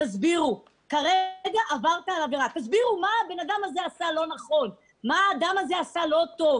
תסבירו כרגע עברת עבירה מה האדם עשה לא נכון,